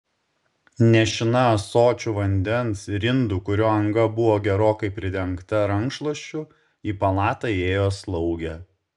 nešina ąsočiu vandens ir indu kurio anga buvo gerokai pridengta rankšluosčiu į palatą įėjo slaugė